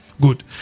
Good